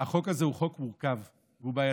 החוק הזה הוא חוק מורכב והוא בעייתי.